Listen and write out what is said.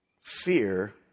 fear